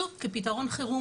שוב, כפתרון חירום.